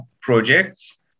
projects